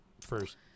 first